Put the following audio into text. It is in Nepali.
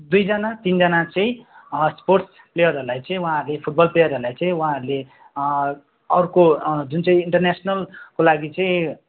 दुईजना तिनजना चाहिँ स्पोर्टस् प्लेयरहरूलाई चाहिँ उहाँहरूले फुटबल प्लेयरहरूलाई चाहिँ उहाँहरूले अर्को जुन चाहिँ इन्टरनेसनलको लागि चाहिँ